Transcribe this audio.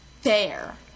Fair